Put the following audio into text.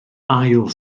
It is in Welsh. ail